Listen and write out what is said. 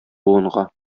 буынга